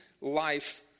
life